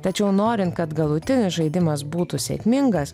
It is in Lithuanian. tačiau norint kad galutinis žaidimas būtų sėkmingas